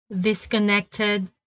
disconnected